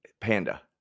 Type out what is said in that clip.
panda